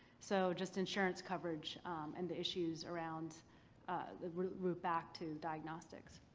so, just insurance coverage and the issues around the route back to diagnostics.